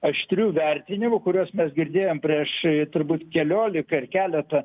aštrių vertinimų kuriuos mes girdėjom prieš turbūt keliolika ar keletą